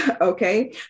okay